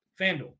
FanDuel